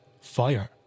fire